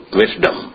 wisdom